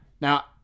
Now –